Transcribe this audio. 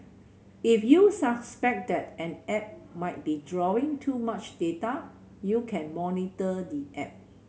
if you suspect that an app might be drawing too much data you can monitor the app